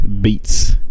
Beats